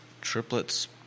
triplets